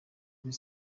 kuri